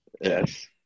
Yes